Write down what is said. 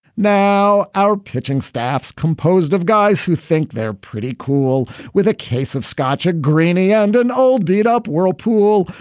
now our pitching staffs composed of guys who think they're pretty cool with a case of scotch, a greaney and an old beat-up whirlpool.